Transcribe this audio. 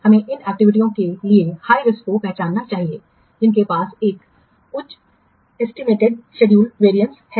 हमें उन एक्टिविटीयों के लिए उच्च जोखिम को पहचानना चाहिए जिनके पास एक उच्च ऐस्टीमेटेड ड्यूरेशन वेरियस है